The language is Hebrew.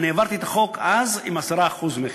אני העברתי את החוק אז עם 10% מס.